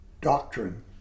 doctrine